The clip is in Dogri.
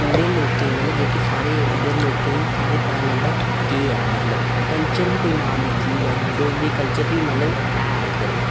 पूरे लोकें गी मतलब जेहके साढ़े इद्धर लोकें गी सारें गी पता लग्गना कि केह् है मतलब कल्चर गी कोई नांम दी चीज ऐ डोगरी कल्चर बी मतलब ऐ इद्धर